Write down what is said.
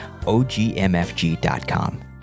OGMFG.com